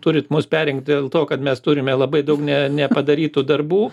turit mus perrinkti dėl to kad mes turime labai daug ne nepadarytų darbų